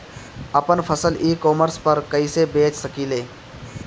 आपन फसल e commerce पर कईसे बेच सकिले?